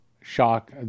shock